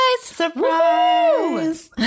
Surprise